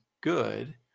good